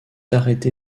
arrêté